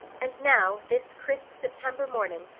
and now, this crisp september morning,